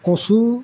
কচু